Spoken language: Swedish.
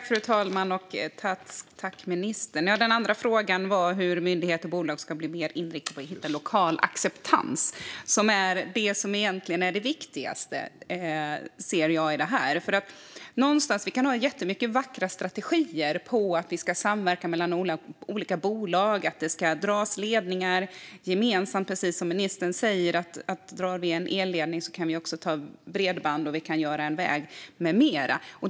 Fru talman! Den andra frågan var hur myndigheter och bolag ska bli mer inriktade på att hitta lokal acceptans, som jag egentligen ser som det viktigaste i det här. Vi kan ha jättemånga vackra strategier om samverkan mellan olika bolag och om att det ska dras ledningar gemensamt - drar man en elledning kan man också dra bredband, anlägga en väg med mera, precis som ministern sa.